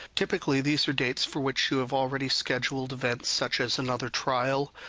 typically, these are dates for which you have already scheduled events, such as another trial,